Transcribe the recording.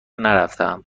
نرفتهام